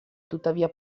tuttavia